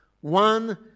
one